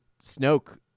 Snoke